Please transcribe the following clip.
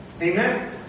Amen